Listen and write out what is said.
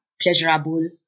pleasurable